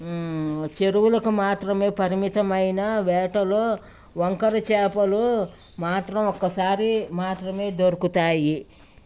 చెరువులకు మాత్రమే పరిమితమైన వేటలో వంకరి చేపలు మాత్రం ఒక్కసారి మాత్రమే దొరుకుతాయి